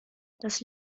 das